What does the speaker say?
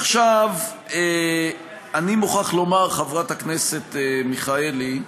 עכשיו אני מוכרח לומר, חברת הכנסת מיכאלי,